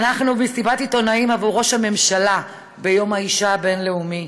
אנחנו מסיבת עיתונאים עבור ראש הממשלה ביום האישה הבין-לאומי,